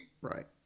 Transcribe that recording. Right